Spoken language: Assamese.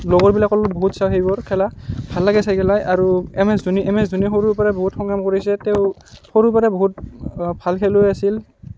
লগৰবিলাকৰ লগত বহুত চাওঁ সেইবোৰ খেলা ভাল লাগে চাই পেলাই আৰু M S Dhoni M S Dhoni সৰুৰ পৰাই বহুত সংগ্ৰাম কৰিছে তেওঁ সৰুৰ পৰাই বহুত ভাল খেলুৱৈ আছিল